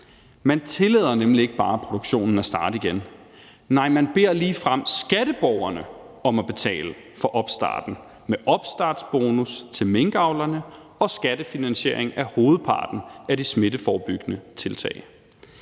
Man tillader nemlig ikke bare produktionen at starte igen, nej, man beder ligefrem skatteborgerne om at betale for opstarten med opstartsbonus til minkavlerne og skattefinansiering af hovedparten af de smitteforebyggende tiltag.